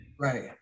Right